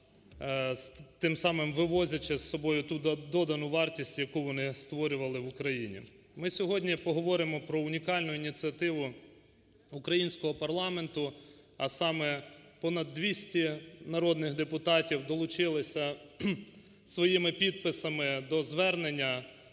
тим самим вивозячи з собою туди додану вартість, яку вони створювали в Україні. Ми сьогодні поговоримо про унікальну ініціативу українського парламенту, а саме, понад 200 народних депутатів долучилися своїми підписами до звернення